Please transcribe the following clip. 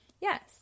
yes